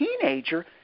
teenager